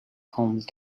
calmed